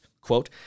Quote